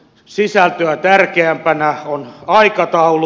sisältöä tärkeämpänä on aikataulu